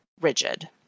rigid